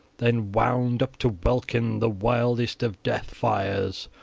then wound up to welkin the wildest of death-fires,